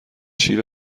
شیر